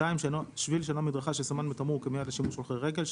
שביל שאינו מדרכה שסומן בתמרור כמיועד לשימוש הולכי רגל,